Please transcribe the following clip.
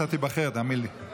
אתה תיבחר, תאמין לי.